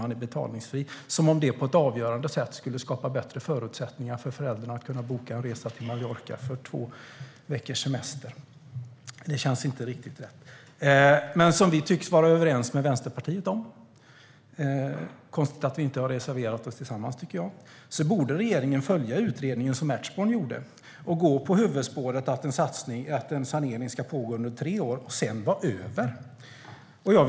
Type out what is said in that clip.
Det skapar knappast på något avgörande sätt bättre förutsättningar för föräldern att kunna boka en resa till Mallorca för två veckors semester. Det känns inte riktigt rätt. Detta tycks vi vara överens med Vänsterpartiet om, så det är konstigt att vi inte har reserverat oss tillsammans. Regeringen borde följa utredningen som Ertsborn gjorde och gå på huvudspåret att en sanering ska pågå under tre år och sedan vara över.